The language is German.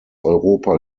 europa